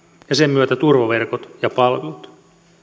ja sen myötä turvaverkot ja palvelut